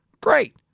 Great